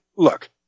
Look